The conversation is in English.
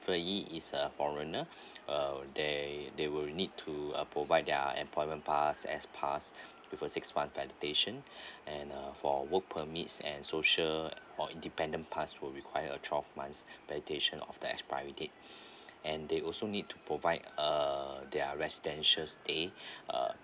transferee is a foreigner uh they they will need to uh provide their employment pass S pass with a six month validation and uh for work permits and social or independent pass would require a twelve months validation of the expiry date and they also need to provide uh their residential stay uh